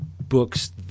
books